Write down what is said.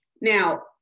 Now